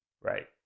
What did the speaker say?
Right